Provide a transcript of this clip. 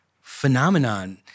phenomenon